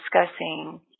discussing